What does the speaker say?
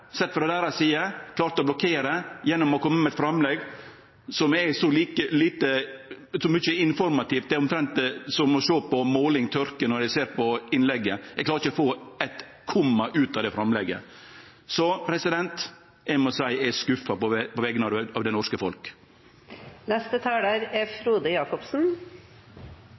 sett frå deira side, klart å blokkere gjennom å kome med eit framlegg som er så lite informativt at når eg ser på det, er det omtrent som å sjå på måling tørke. Eg klarer ikkje å få eit komma ut av det framlegget. Eg må seie at eg er skuffa på vegner av det norske folk. Valg er